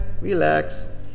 relax